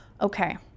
okay